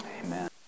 Amen